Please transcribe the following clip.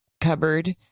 cupboard